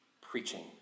preaching